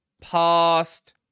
Past